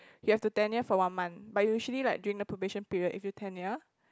you have to tenure for one month but usually like during the probation period if you tenure